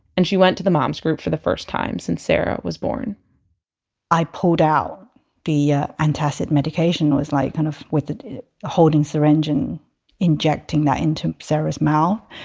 and she went to the mom's group for the first time since sarah was born i pulled out the ah antacid medication i was like kind of with a holdings syringe and injecting that into sarah's mouth.